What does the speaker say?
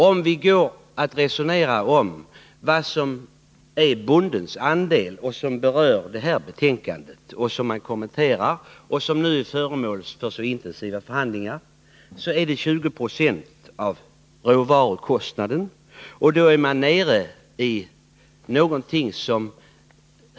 Om vi övergår till att resonera om vad som är bondens andel, något som alltså berörs i detta betänkande och som nu är föremål för så intensiva förhandlingar, så är det 20 26 av råvarukostnaden.